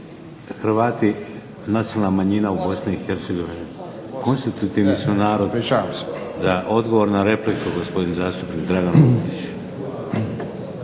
Hrvati nacionalna manjina u Bosni i Hercegovini. KOnstitutivni su narod. Odgovor na repliku gospodin zastupnik Dragan Vukić.